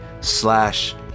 slash